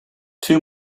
two